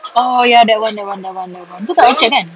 oh ya that one that one that one that one itu kat orchard kan